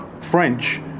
French